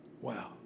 Wow